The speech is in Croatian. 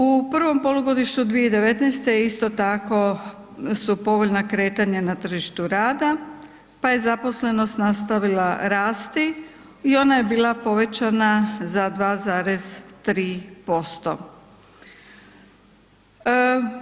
U prvom polugodištu 2019. isto tako su povoljna kretanja na tržištu rada pa je zaposlenost nastavila rasti i ona je bila povećana za 2,3%